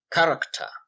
Character